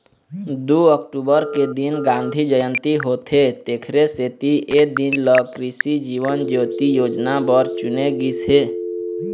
दू अक्टूबर के दिन गांधी जयंती होथे तेखरे सेती ए दिन ल कृसि जीवन ज्योति योजना बर चुने गिस हे